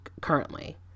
currently